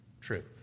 truth